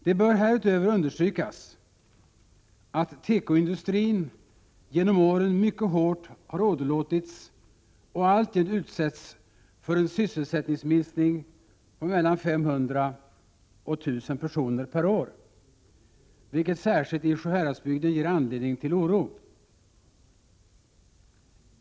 Det bör härutöver understrykas att tekoindustrin genom åren har åderlåtits mycket hårt och alltjämt utsätts för en sysselsättningsminskning på mellan 500 och 1 000 personer per år, vilket särskilt i Sjuhäradsbygden ger anledning till oro.